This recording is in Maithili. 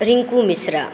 रिङ्कू मिश्रा